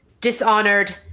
dishonored